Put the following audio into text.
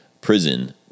prison